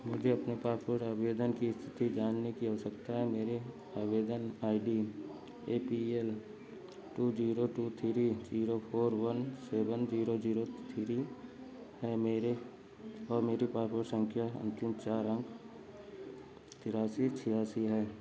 मुझे अपने पापोर्ट आवएदन की स्थिति जानने की आवश्यकता है मेरे आवएदन I D A P L two zero two three zero zero four one seven zero zero three है मेरे और मेरी पापोर्ट संख्या अंतिम चार अंक तएरासी छियासी है